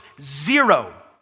Zero